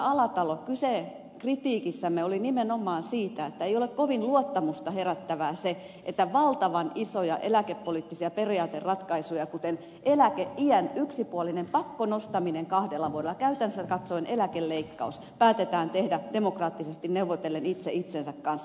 alatalo kyse kritiikissämme oli nimenomaan siitä että ei ole kovin luottamusta herättävää se että valtavan isoja eläkepoliittisia periaateratkaisuja kuten eläkeiän yksipuolinen pakkonostaminen kahdella vuodella käytännöllisesti katsoen eläkeleikkaus päätetään tehdä demokraattisesti neuvotellen itse itsensä kanssa